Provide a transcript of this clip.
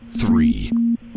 three